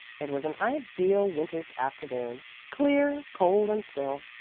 it was an ideal winter's afternoon, clear, cold and still.